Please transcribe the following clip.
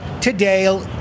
today